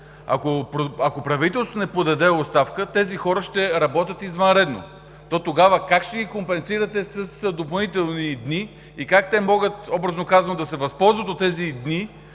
ако правителството не подаде оставка, тези хора ще работят извънредно! Тогава как ще ги компенсирате с допълнителни дни и как те могат, образно казано, да се възползват от тези дни,